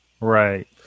Right